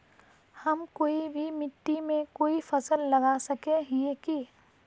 हम कोई भी मिट्टी में कोई फसल लगा सके हिये की?